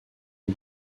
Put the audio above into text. zum